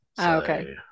Okay